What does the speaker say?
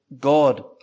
God